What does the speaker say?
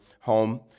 home